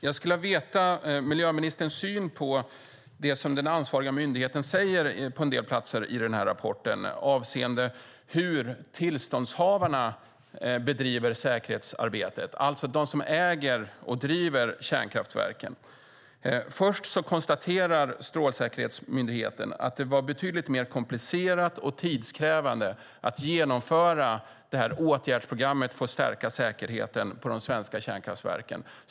Jag skulle vilja veta miljöministerns syn på det som den ansvariga myndigheten säger på en del platser i denna rapport avseende hur tillståndshavarna, alltså de som äger och driver kärnkraftverken, bedriver säkerhetsarbetet. Först konstaterar Strålsäkerhetsmyndigheten att det var betydligt mer komplicerat och tidskrävande att genomföra åtgärdsprogrammet för att stärka säkerheten på de svenska kärnkraftverken.